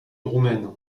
roumaine